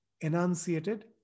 enunciated